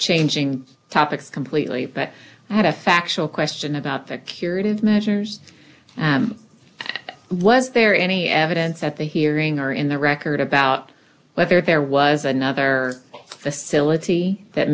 changing topics completely but i had a factual question about the curative measures was there any evidence at the hearing or in the record about whether there was another facility that